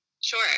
Sure